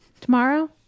tomorrow